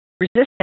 resistance